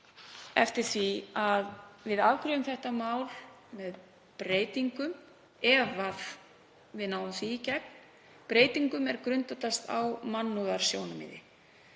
eftir því að við afgreiðum þetta mál með breytingum, ef við náum því í gegn, breytingum er grundvallast á mannúðarsjónarmiði